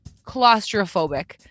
claustrophobic